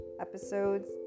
Episodes